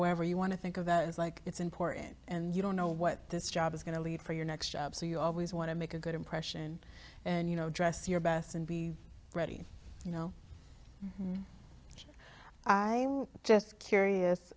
wherever you want to think of that it's like it's important and you don't know what this job is going to lead for your next job so you always want to make a good impression and you know dress your best and be ready you know i just curious